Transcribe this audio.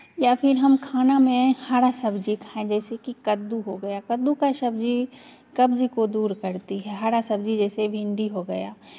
या फिर हम खाना में हरा सब्जी खाएँ जैसे कि कद्दू हो गया कद्दू का सब्ज़ी कब्ज़ को दूर करती है हरा सब्ज़ी जैसे भिंडी हो गया